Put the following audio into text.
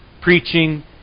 preaching